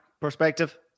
perspective